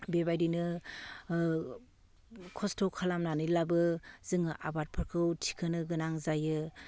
बेबायदिनो खस्थ' खालामनानैब्लाबो जोङो आबादफोरखौ थिखोनो गोनां जायो